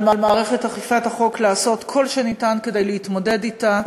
ועל מערכת אכיפת החוק לעשות כל שניתן כדי להתמודד אתה.